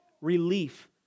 relief